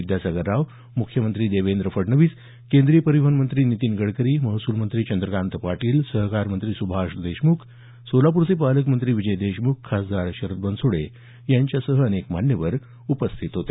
विद्यासागर राव मुख्यमंत्री देवेंद्र फडणवीस केंद्रीय परिवहन मंत्री नितीन गडकरी महसूलमंत्री चंद्रकांत पाटील सहकारमंत्री सुभाष देशमुख पालकमंत्री विजय देशमुख खासदार शरद बनसोडे यांच्यासह अनेक मान्यवर यावेळी उपस्थित होते